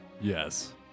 yes